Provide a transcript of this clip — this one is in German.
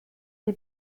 die